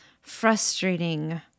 frustrating